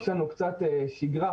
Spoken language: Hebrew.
יש קצת שגרה.